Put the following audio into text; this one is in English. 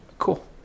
cool